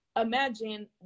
imagine